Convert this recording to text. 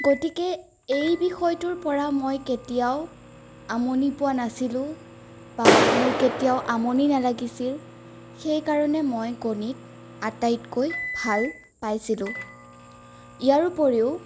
গতিকে এই বিষয়টোৰ পৰা মই কেতিয়াও আমনি পোৱা নাছিলোঁ বা মোৰ কেতিয়াও আমনি নালাগিছিল সেই কাৰণে মই গণিত আটাইতকৈ ভাল পাইছিলোঁ ইয়াৰ উপৰিও